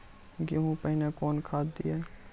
गेहूँ पहने कौन खाद दिए?